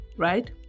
right